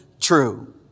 true